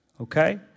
Okay